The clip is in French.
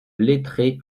lettré